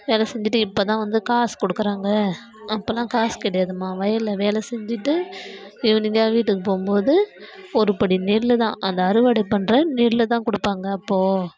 வேலை செஞ்சிவிட்டு இப்போ தான் வந்து காசு கொடுக்குறாங்க அப்போலாம் காசு கிடையாதும்மா வயலில் வேலை செஞ்சிவிட்டு ஈவினிங்காக வீட்டுக்கு போகும்போது ஒரு படி நெல்லு தான் அந்த அறுவடை பண்ணுற நெல்லு தான் கொடுப்பாங்க அப்போ